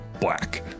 black